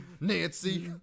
Nancy